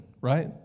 right